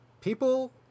people